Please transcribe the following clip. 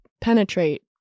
penetrate